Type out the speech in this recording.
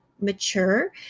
mature